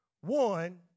one